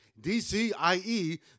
DCIE